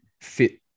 fit